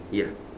ya